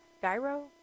gyro